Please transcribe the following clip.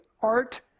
art